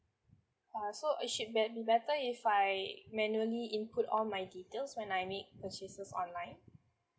uh so it should bet~ be better if I manually input all my details when I make purchases online